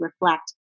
reflect